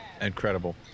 Incredible